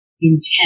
intent